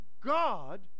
God